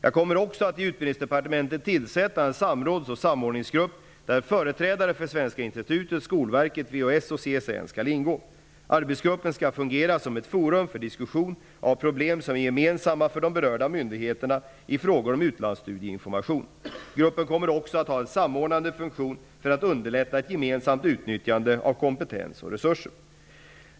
Jag kommer också att i Utbildningsdepartementet tillsätta en samråds och samordningsgrupp, där företrädare från Svenska institutet, Skolverket, VHS och CSN skall ingå. Arbetsgruppen skall fungera som ett forum för diskussion av problem som är gemensamma för de berörda myndigheterna i frågor om utlandsstudieinformation. Gruppen kommer också att ha en samordnande funktion för att underlätta ett gemensamt utnyttjande av kompetens och resurser.